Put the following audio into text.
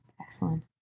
Excellent